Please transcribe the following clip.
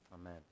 Amen